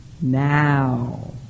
now